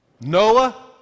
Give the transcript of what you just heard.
Noah